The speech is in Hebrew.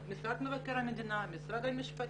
משרד מבקר המדינה, משרד המשפטים,